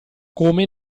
come